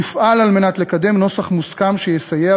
נפעל על מנת לקדם נוסח מוסכם שיסייע